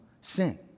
sin